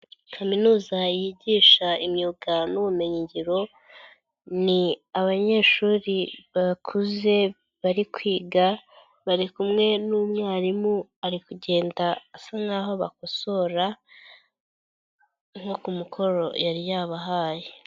Kaminuza yigisha imyuga n'ubumenyingiro ni abanyeshuri bakuze bari kwiga, bari kumwe n'umwarimu ari kugenda asa nkaho bakosora umukoro yari yabahaye.